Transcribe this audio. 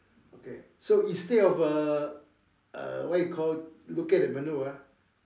okay so instead of a uh what you call uh what you call looking at the menu ah